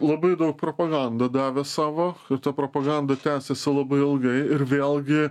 labai daug propaganda davė savo ir ta propaganda tęsiasi labai ilgai ir vėlgi